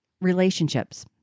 relationships